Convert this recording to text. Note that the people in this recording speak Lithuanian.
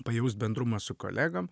pajaust bendrumą su kolegom